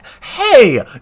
hey